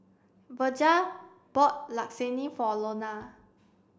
Virgia bought Lasagne for Lona